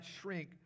shrink